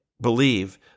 believe